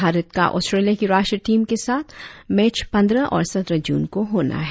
भारत का ऑस्ट्रेलिया की राष्ट्रीय टीम के साथ मैच पंद्रह और सत्रह जून को होना है